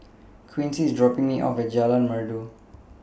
Quincy IS dropping Me off At Jalan Merdu